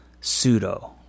pseudo